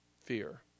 Fear